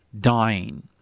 dying